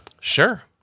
Sure